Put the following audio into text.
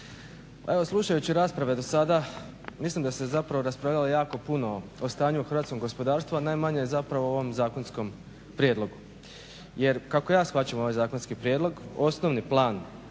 Evo slušajući rasprave do sada mislim da se zapravo raspravljamo jako puno o stanju u hrvatskom gospodarstvu, a najmanje zapravo o ovom zakonskom prijedlogu. Jer kako ja shvaćam ovaj zakonski prijedlog osnovni plan,